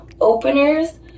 openers